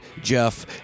jeff